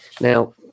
Now